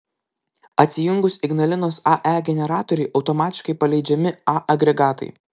atsijungus ignalinos ae generatoriui automatiškai paleidžiami a agregatai